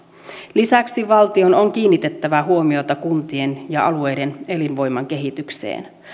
lisäksi valtion on kiinnitettävä huomiota kuntien ja alueiden elinvoiman kehitykseen